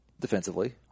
defensively